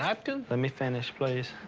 napkin? let me finish, please.